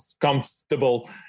comfortable